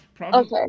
Okay